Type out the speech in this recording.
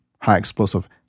high-explosive